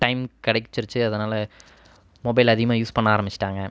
time கிடச்சிருச்சு அதனால் mobile அதிகமாக யூஸ் பண்ண ஆரமிச்சுட்டாங்க